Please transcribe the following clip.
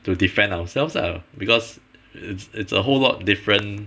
to defend ourselves lah because it's it's a whole lot different